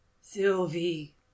sylvie